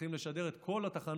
צריכים לשדר את כל התחנות,